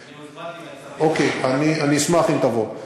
אני הוזמנתי, אני אשמח אם תבוא.